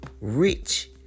rich